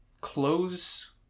close